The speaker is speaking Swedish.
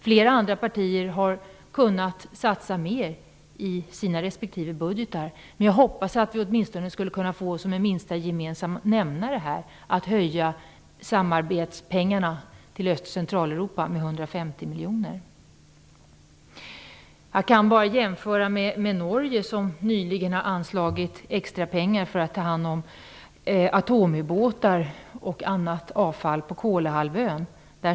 Flera andra partier har kunnat satsa mer i sina respektive budgetar, men jag hoppas att vi åtminstone som en minsta gemensamma nämnare här skall kunna öka samarbetspengarna till Öst-och Centraleuropa med Jag kan jämföra med Norge, som nyligen har anslagit extrapengar för att ta hand om atomubåtar och annat avfall på Kolahalvön.